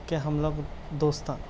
کہ ہم لوگ دوستاں